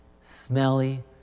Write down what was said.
smelly